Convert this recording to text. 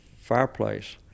fireplace